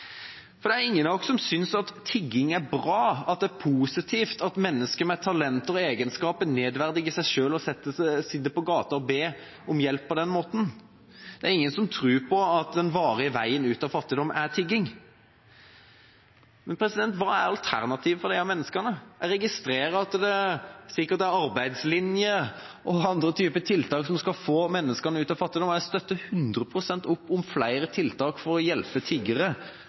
hjelp. Det er ingen av oss som synes at tigging er bra, at det er positivt at mennesker med talent og egenskaper nedverdiger seg selv – sitter på gata og ber om hjelp – på den måten. Det er ingen som tror på at den varige veien ut av fattigdom er tigging, men hva er alternativet for disse menneskene? Jeg registrerer at det sikkert er arbeidslinje og andre typer tiltak som skal få menneskene ut av fattigdom. Jeg støtter 100 pst. opp om flere tiltak for å hjelpe tiggere